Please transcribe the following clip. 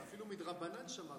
אתה אפילו מדרבנן שמרת,